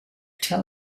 tell